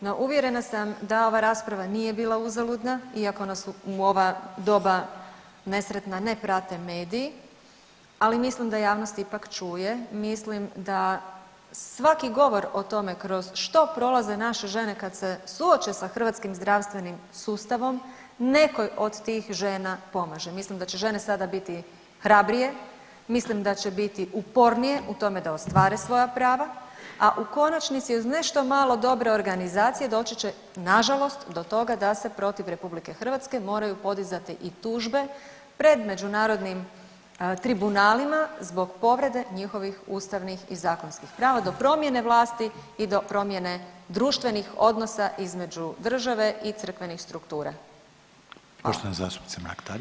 No, uvjerena sam da ova rasprava nije bila uzaludna, iako nas u ova doba nesretna ne prate mediji, ali mislim da javnost ipak čuje, mislim da svaki govor o tome kroz što prolaze naše žene kad se suoče sa hrvatskim zdravstvenim sustavom, nekoj od tih žena pomaže, mislim da će žene sada biti hrabrije, mislim da će biti upornije u tome da ostvare svoja prava, a u konačnici uz nešto malo dobre organizacije, doći će nažalost do toga se protiv RH moraju podizati i tužbe pred međunarodnim tribunalima zbog povrede njihovih ustavnih i zakonskih prava do promjene vlasti i do promjene društvenih odnosa između države i crkvenih struktura.